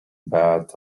but